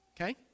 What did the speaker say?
Okay